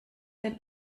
den